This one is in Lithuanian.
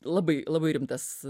labai labai rimtas